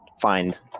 find